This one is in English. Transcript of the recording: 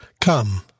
Come